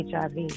HIV